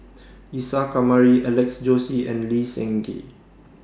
Isa Kamari Alex Josey and Lee Seng Gee